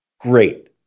Great